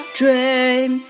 dream